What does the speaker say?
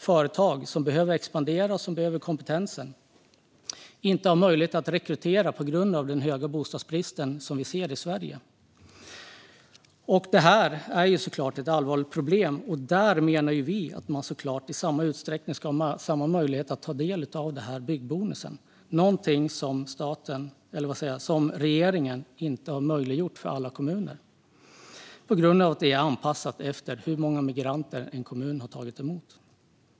Företag som behöver expandera och som behöver kompetens har nämligen inte möjlighet att rekrytera på grund av den stora bostadsbristen. Det här är såklart ett allvarligt problem, och vi menar att alla ska ha samma möjlighet att ta del av byggbonusen. Detta har regeringen inte möjliggjort för alla kommuner på grund av att det är anpassat efter hur många migranter en kommun har tagit emot.